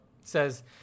says